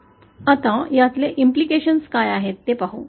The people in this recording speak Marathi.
आता यातले काय परिणाम आहेत ते पाहू